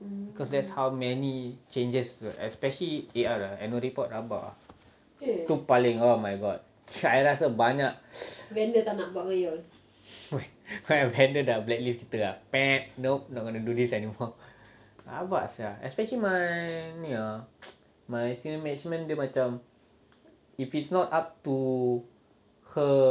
because that's how many changes especially A_R ah annual report rabak ah tu paling oh my god I rasa banyak banyak vendor dah blacklist kita ah nope not gonna do this anymore rabak sia especially my ni ah my senior management dia macam if it's not up to her